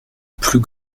plus